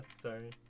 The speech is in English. sorry